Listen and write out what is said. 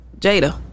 Jada